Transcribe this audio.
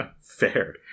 Fair